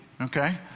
okay